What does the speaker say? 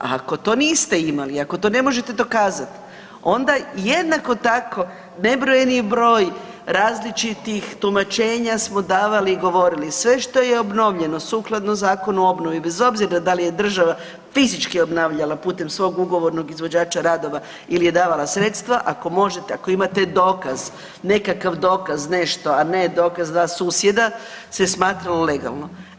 Ako to niste imali, ako to ne možete dokazati, onda jednako tako nebrojni broj različitih tumačenja smo davali i govorili, sve što je obnovljeno sukladno Zakonu o obnovi bez obzira da li je država fizički obnavljala putem svog ugovornog izvođača radova ili je davala sredstva, ako možete, ako imate dokaz, nekakav dokaz, nešto, a ne dokaz da susjeda, se smatralo legalno.